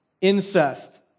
incest